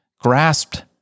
grasped